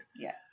Yes